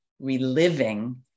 reliving